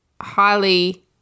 highly